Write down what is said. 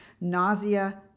nausea